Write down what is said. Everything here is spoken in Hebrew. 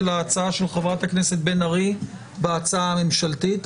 ההצעה של חברת הכנסת בן ארי עם ההצעה הממשלתית.